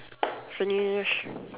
finish